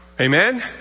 Amen